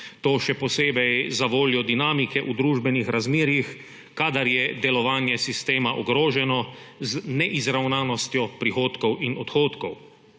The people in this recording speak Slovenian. To še posebej zavoljo dinamike v družbenih razmerjih, kadar je delovanje sistema ogroženo z neizravnanostjo prihodkov in odhodkov.